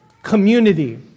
community